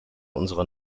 unserer